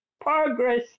progress